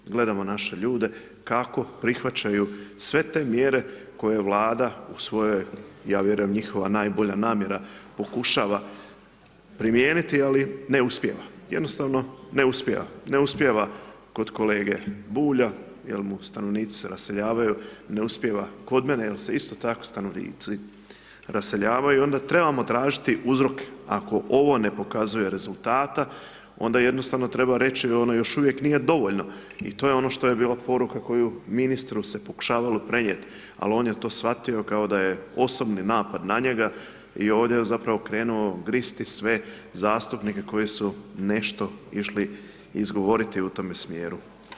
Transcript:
Gledamo naše ljude kako prihvaćaju sve te mjere koje Vlada u svojoj, ja njihova najbolja namjera, pokušava primijeniti ali ne uspijeva, jednostavno ne uspijeva, ne uspijeva kod kolege Bulja jer mu stanovnici se raseljavaju, ne uspijeva kod mene jer se isto tako stanovnici raseljavaju onda trebamo tražiti uzroke ako ovo ne pokazuje rezultata onda jednostavno treba reći da ono još uvijek nije dovoljno i to je ono što je bila poruka koju ministru se pokušavalo prenijeti ali on je to shvatio kao da je osobni napad na njega i ovdje je zapravo krenuo gristi sve zastupnike koji su nešto išli izgovoriti u tome smjeru.